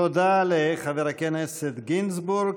תודה לחבר הכנסת גינזבורג.